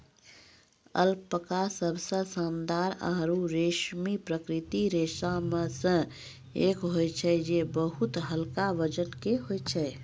alpaca सबसें शानदार आरु रेशमी प्राकृतिक रेशा म सें एक होय छै जे बहुत हल्का वजन के होय छै